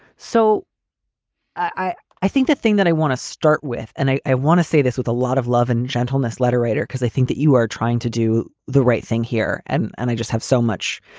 so i i think the thing that i want to start with and i i want to say this with a lot of love and gentleness letter writer, because i think that you are trying to do the right thing here. and and i just have so much